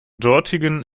dortigen